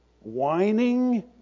Whining